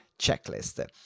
checklist